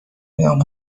بیام